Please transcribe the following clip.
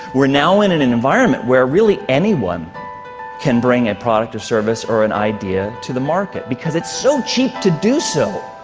we're now in an an environment where really anyone can bring a product or a service or an idea to the market because it's so cheap to do so.